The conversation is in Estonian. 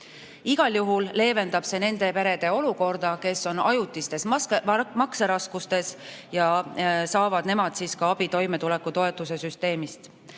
Igal juhul leevendab see nende perede olukorda, kes on ajutistes makseraskustes. Nemad saavad abi ka toimetulekutoetuse süsteemist.